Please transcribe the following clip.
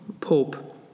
Pope